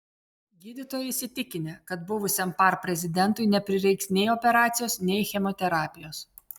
gydytojai įsitikinę kad buvusiam par prezidentui neprireiks nei operacijos nei chemoterapijos